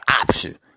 option